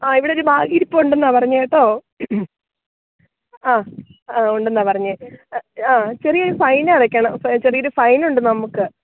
ആ ഇവിടൊരു ബാഗിരിപ്പുണ്ടെന്നാണു പറഞ്ഞത് കേട്ടോ ആ ആ ഉണ്ടെന്നാണുപറഞ്ഞത് ആ ചെറിയൊരു ഫൈനടയ്ക്കണം ചെറിയൊരു ഫൈനുണ്ട് നമുക്ക്